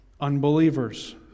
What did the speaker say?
unbelievers